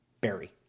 berry